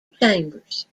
chambers